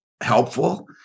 helpful